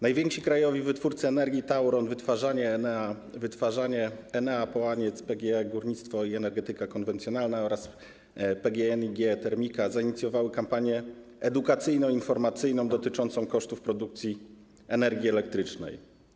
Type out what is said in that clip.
Najwięksi krajowi wytwórcy energii: Tauron Wytwarzanie, Enea Wytwarzanie, Enea Połaniec, PGE Górnictwo i Energetyka Konwencjonalna oraz PGNiG Termika zainicjowały kampanię edukacyjno-informacyjną dotyczącą kosztów produkcji energii elektrycznej.